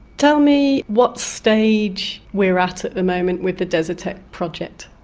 tell me what stage we're at at the moment with the desertec project?